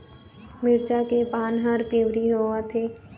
मिरचा के पान हर पिवरी होवथे?